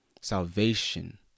salvation